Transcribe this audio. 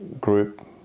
group